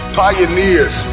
pioneers